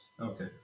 Okay